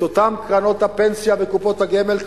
את אותן קרנות פנסיה וקופות הגמל,